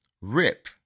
Rip